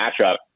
matchup